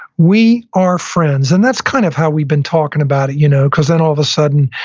we are friends, and that's kind of how we've been talking about it, you know because then all of a sudden,